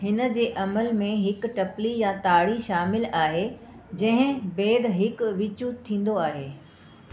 हिन जे अमल में हिकु टपली या ताड़ी शामिलु आहे जंहिं बैदि हिकु वीचू थींदो आहे